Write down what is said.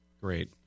Great